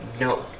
No